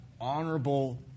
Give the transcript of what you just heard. honorable